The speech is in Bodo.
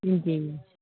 इन्दि